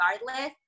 regardless